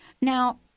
Now